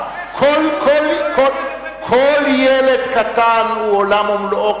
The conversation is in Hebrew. כל ילד קטן הוא עולם ומלואו,